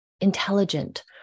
intelligent